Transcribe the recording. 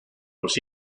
los